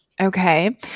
Okay